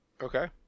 Okay